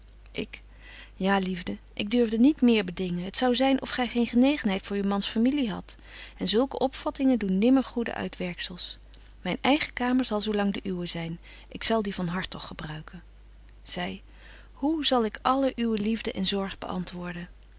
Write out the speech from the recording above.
ik ja liefde ik durfde niet meer bedingen t zou zyn of gy geen genegenheid voor uw mans familie hadt en zulke opvattingen doen nimmer goede uitwerkzels myn eigen kamer zal zo lang de uwe zyn ik zal die van hartog gebruiken zy hoe zal ik alle uwe liefde en zorg beantwoorden